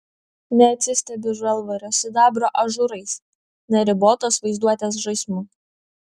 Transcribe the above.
neatsistebi žalvario sidabro ažūrais neribotos vaizduotės žaismu